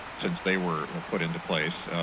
since they were put into place,